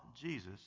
Jesus